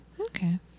okay